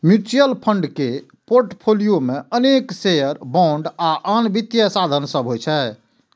mutual fund के portfolio मे अनेक शेयर, बांड आ आन वित्तीय साधन सभ होइ छै